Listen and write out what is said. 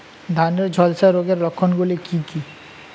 ধানের ঝলসা রোগের লক্ষণগুলি কি কি?